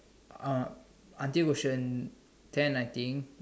um until question ten I think